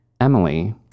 Emily